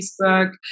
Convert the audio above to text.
Facebook